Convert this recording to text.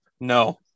no